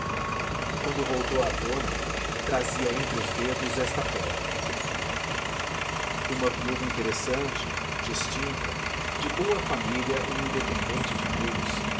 quando voltou à tona trazia entre os dedos esta pérola uma viúva interessante distinta de boa família e independente de meios